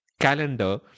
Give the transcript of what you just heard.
calendar